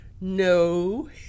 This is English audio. No